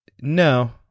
no